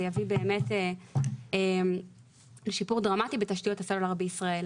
יביא לשיפור דרמטי בתשתיות הסלולר בישראל.